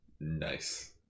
nice